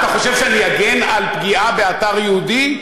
אתה חושב שאני אגן על פגיעה באתר יהודי?